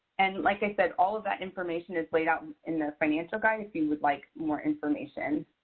and like i said, all of that information is laid out in the financial guide if you would like more information.